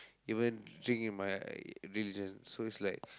even drink in my religion so is like